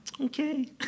okay